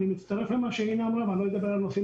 אני מצטרף למה שאינה אמרה ואני לא אדבר על הנושאים